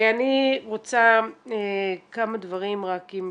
אני רוצה כמה דברים אם אפשר.